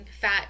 Fat